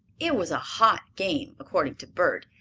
it was a hot game, according to bert,